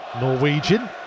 Norwegian